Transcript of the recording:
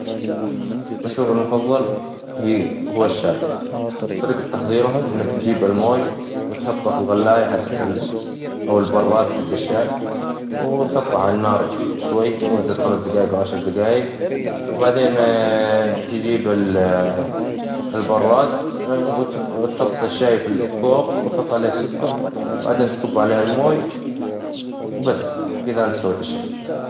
مشروبي المفظل هي ال هو الشاي، طريقة تحظيره إنك تجيب الموي وتحطه في الغلاية حجت ال أو البراد حق الشاي، وتحطه على النار شوي مدة خمس دقايق أو عشر دقايق، وبعدين تجيب البراد وتحط الشاي في الكوب وتحط عليه السكر، وبعدين تصب عليه الموي، وبس كذا إنت سويت الشاي.